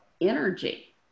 energy